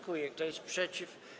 Kto jest przeciw?